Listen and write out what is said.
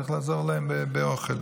וצריך לעזור להם באוכל.